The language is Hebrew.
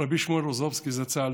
רבי שמואל רוזובסקי זצ"ל,